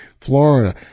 Florida